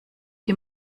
die